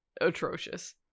atrocious